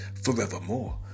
forevermore